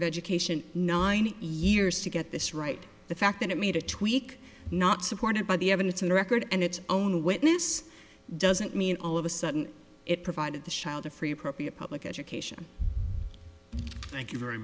of education nine years to get this right the fact that it made a tweak not supported by the evidence in the record and its own witness doesn't mean all of a sudden it provided the schild of free appropriate public education thank you very